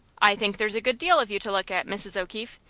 i think there's a good deal of you to look at, mrs. o'keefe.